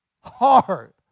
Hard